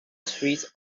streets